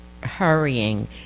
hurrying